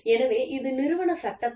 எனவே இது நிறுவன சட்டத்தைப் பொறுத்தது